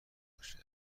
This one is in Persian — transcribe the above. باشه